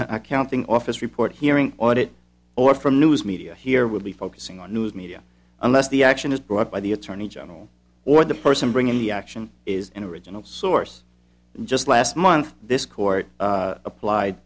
accounting office report hearing audit or from news media here will be focusing on news media unless the action is brought by the attorney general or the person bringing the action is an original source just last month this court applied